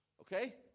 Okay